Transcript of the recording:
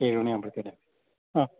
ഏഴുമണിയാകുമ്പോഴത്തേനും ആ